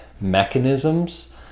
mechanisms